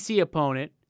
opponent